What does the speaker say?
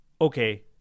okay